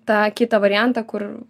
tą kitą variantą kur